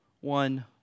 One